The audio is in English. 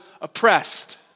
oppressed